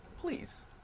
Please